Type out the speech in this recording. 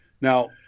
Now